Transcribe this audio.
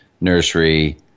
nursery